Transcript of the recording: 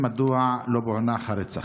2. מדוע לא פוענח הרצח?